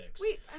Wait